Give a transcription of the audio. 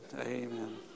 amen